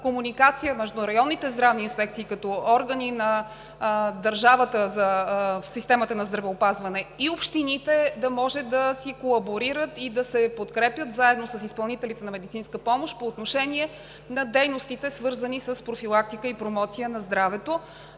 комуникация между районните здравни инспекции, като органи на държавата в системата на здравеопазването и общините, да може да си колаборират и да се подкрепят заедно с изпълнителите на медицинска помощ по отношение на дейностите, свързани с профилактика и промоция на здравето.